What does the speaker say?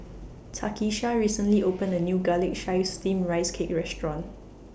Takisha recently opened A New Garlic Chives Steamed Rice Cake Restaurant